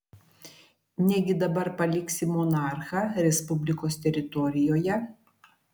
negi dabar paliksi monarchą respublikos teritorijoje